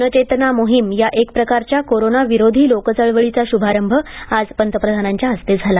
जनचेतना मोहीम या एक प्रकारच्या कोरोना विरोधी लोकचळवळीचा श्भभरंभ आज पंतप्रधानांच्या हस्ते झाला